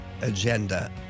agenda